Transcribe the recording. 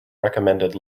recommended